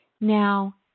now